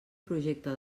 projecte